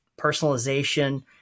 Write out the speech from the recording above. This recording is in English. personalization